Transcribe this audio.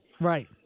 Right